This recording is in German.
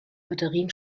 batterien